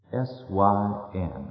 S-Y-N